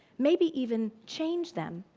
maybe even change them.